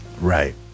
Right